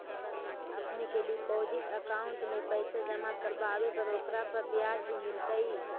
अपने के deposit account में पैसे जमा करवावे पर ओकरा पर ब्याज भी मिलतई